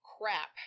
Crap